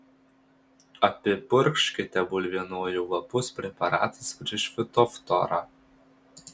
apipurkškite bulvienojų lapus preparatais prieš fitoftorą